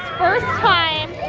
first time